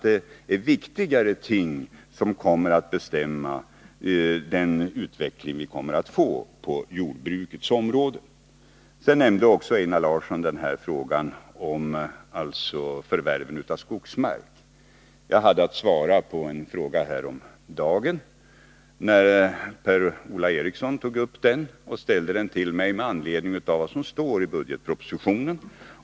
Det är viktigare ting som bestämmer den utveckling vi kommer att få på jordbrukets område. Einar Larsson var också inne på frågan om förvärv av skogsmark. Jag hade häromdagen att svara på den frågan här i kammaren, när Per-Ola Eriksson ställde den till mig med anledning av vad som står i budgetpropositionen.